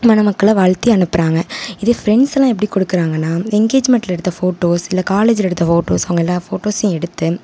மணமக்களை வாழ்த்தி அனுப்புகிறாங்க இதே ஃபிரெண்ட்ஸ்ஸெல்லாம் எப்படி கொடுக்குறாங்கன்னா எங்கேஜ்மெண்ட்டில் எடுத்த போட்டோஸ் இல்லை காலேஜில் எடுத்த போட்டோஸ் அவங்க எல்லா போட்டோஸையும் எடுத்து